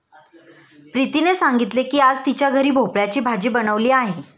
प्रीतीने सांगितले की आज तिच्या घरी भोपळ्याची भाजी बनवली आहे